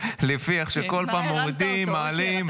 לפי זה שבכל פעם מורידים, מעלים.